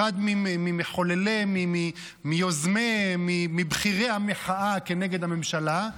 אחד ממחוללי, מיוזמי, מבכירי המחאה נגד הממשלה,